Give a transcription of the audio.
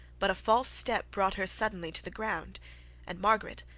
but a false step brought her suddenly to the ground and margaret,